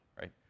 right